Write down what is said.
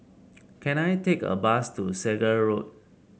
can I take a bus to Segar Road